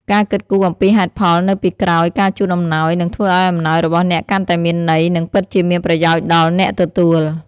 ការគិតគូរអំពីហេតុផលនៅពីក្រោយការជូនអំណោយ នឹងធ្វើឱ្យអំណោយរបស់អ្នកកាន់តែមានន័យ និងពិតជាមានប្រយោជន៍ដល់អ្នកទទួល។